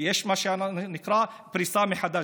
יש מה שנקרא פריסה מחדש,